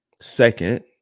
Second